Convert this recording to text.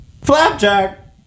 Flapjack